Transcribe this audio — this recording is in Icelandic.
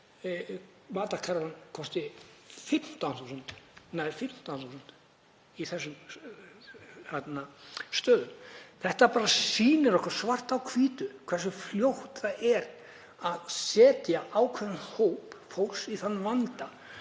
kosti nær 15.000 á þessum stöðum. Þetta bara sýnir okkur svart á hvítu hversu fljótt það gerist að setja ákveðinn hóp fólks í þann vanda